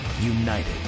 United